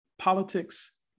politics